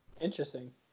Interesting